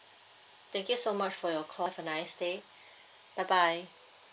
thank you so much for your call have a nice day bye bye